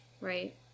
Right